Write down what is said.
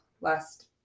last